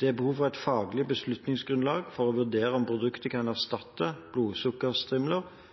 Det er behov for et faglig beslutningsgrunnlag for å vurdere om produktet kan erstatte blodsukkerstrimler